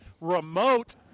Remote